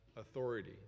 authority